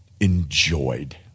enjoyed